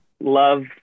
love